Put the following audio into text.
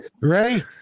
Ready